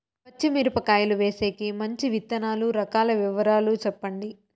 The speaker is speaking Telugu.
పచ్చి మిరపకాయలు వేసేకి మంచి విత్తనాలు రకాల వివరాలు చెప్పండి?